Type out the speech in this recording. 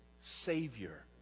Savior